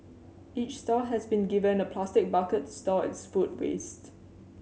each stall has been given a plastic bucket to store its food waste